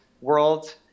world